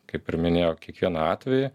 kaip ir minėjau kiekvieną atvejį